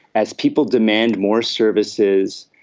as people demand more services,